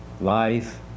life